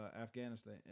Afghanistan